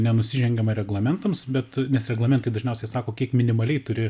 nenusižengiama reglamentams bet nes reglamentai dažniausiai sako kiek minimaliai turi